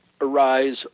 arise